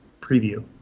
preview